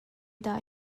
dah